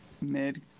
mid